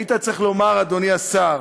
היית צריך לומר, אדוני השר: